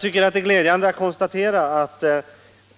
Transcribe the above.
Det är glädjande att kunna konstatera att